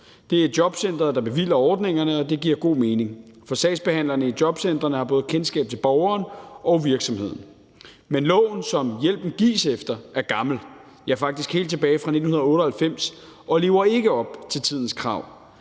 det er jobcenteret, der bevilger ordningerne, og det giver god mening, for sagsbehandlerne i jobcentrene har både kendskab til borgeren og virksomheden. Men loven, som hjælpen gives efter, er gammel – ja, faktisk helt tilbage fra 1998 – og lever ikke op til tidens krav.